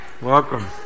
Welcome